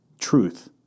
truth